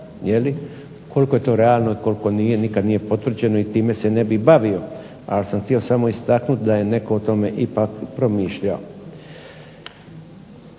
Koliko je to realno i koliko nije nikad nije potvrđeno i time se ne bi bavio, ali samo htio samo istaknuti da je netko o tome ipak promišljao.